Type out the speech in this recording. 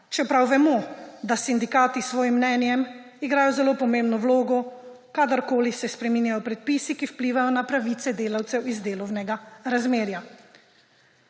čeprav vemo, da sindikati s svojim mnenjem igrajo zelo pomembno vlogo, kadarkoli se spreminjajo predpisi, ki vplivajo na pravice delavcev iz delovnega razmerja.